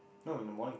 no in the morning